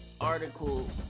article